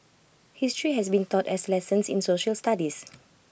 history has been taught as lessons in social studies